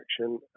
action